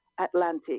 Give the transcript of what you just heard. Atlantic